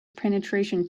penetration